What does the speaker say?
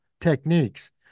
techniques